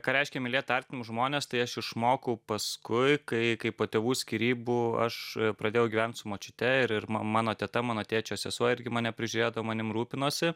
ką reiškia mylėt artimus žmones tai aš išmokau paskui kai kai po tėvų skyrybų aš pradėjau gyvent su močiute ir ir ma mano teta mano tėčio sesuo irgi mane prižiūrėdavo manim rūpinosi